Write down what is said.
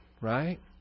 right